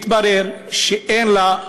והתברר שאין לה,